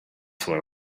for